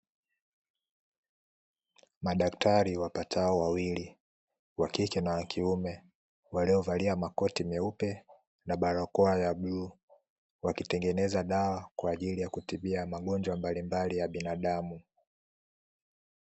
Madaktari wapatao wawili, wa kike na wa kiume, waliovalia makoti meupe na barakoa ya bluu, wakitengeneza dawa kwa ajili ya kutibia magonjwa mbalimbali ya binadamu.